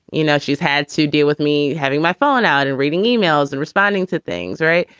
you know, she's had to deal with me having my phone out and reading emails and responding to things. right?